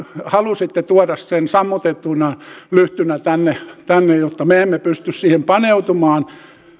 halusitte tuoda sen sammutettuna lyhtynä tänne tänne jotta me emme pystyisi siihen paneutumaan